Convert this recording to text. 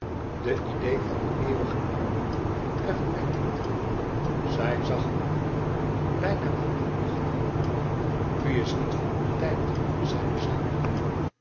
de idee van de eeuwige armoede treft mij niet zij zag hem aan bijna met minachting u is niet van uw tijd zeide zij koel